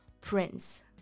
Prince